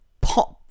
pop